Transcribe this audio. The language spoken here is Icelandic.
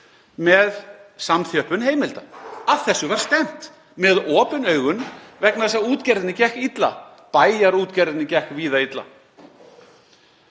með samþjöppun heimildanna. Að þessu var stefnt með opin augun vegna þess að útgerðinni gekk illa. Bæjarútgerðunum gekk víða illa.